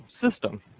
system